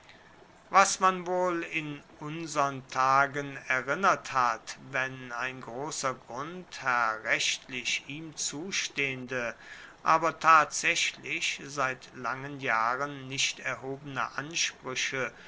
was man wohl in unsern tagen erinnert hat wenn ein großer grundherr rechtlich ihm zustehende aber tatsächlich seit langen jahren nicht erhobene ansprüche